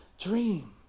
dream